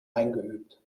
eingeübt